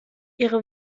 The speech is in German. ihre